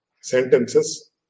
sentences